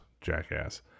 jackass